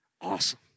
awesome